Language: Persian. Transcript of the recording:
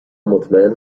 مطمئن